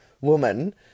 woman